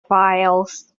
files